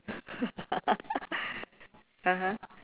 (uh huh)